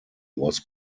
was